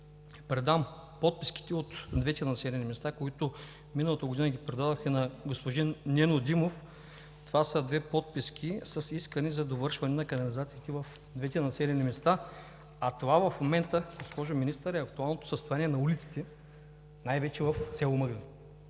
предам подписките от двете населени места, които миналата година ги предадоха на господин Нено Димов – това са две подписки с искане за довършване на канализацията в двете населени места, а това в момента, госпожо Министър, е актуалното състояние на улиците най-вече в село Мъглен.